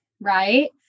right